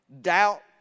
doubt